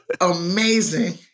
Amazing